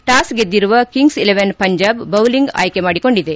toss ಗೆದ್ದಿರುವ Kings Eleven Punjab bowling ಆಯ್ಕೆ ಮಾಡಿಕೊಂಡಿದೆ